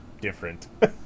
different